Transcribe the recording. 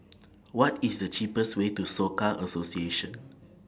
What IS The cheapest Way to Soka Association